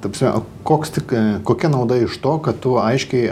ta prasme koks tik kokia nauda iš to kad tu aiškiai